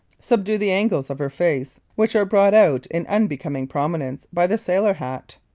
subdue the angles of her face which are brought out in unbecoming prominence by the sailor-hat.